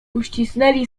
uścisnęli